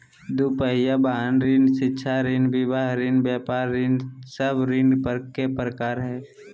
दू पहिया वाहन ऋण, शिक्षा ऋण, विवाह ऋण, व्यापार ऋण सब ऋण के प्रकार हइ